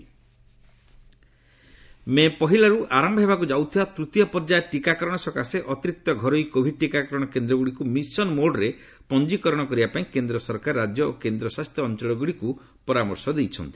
vaccination May' ପହିଲାରୁ ଆରମ୍ଭ ହେବାକୁ ଯାଉଥିବା ତୂତୀୟ ପର୍ଯ୍ୟାୟ ଟିକାକରଣ ସକାଶେ ଅତିରିକ୍ତ ଘରୋଇ କୋଭିଡ ଟିକାକରଣ କେନ୍ଦ୍ରଗୁଡ଼ିକୁ ମିଶନ ମୋଡରେ ପଞ୍ଜୀକରଣ କରିବା ପାଇଁ କେନ୍ଦ୍ର ସରକାର ରାଜ୍ୟ ଓ କେନ୍ଦ୍ରଶାସିତ ଅଞ୍ଚଳଗୁଡ଼ିକୁ ପରାମର୍ଶ ଦେଇଛନ୍ତି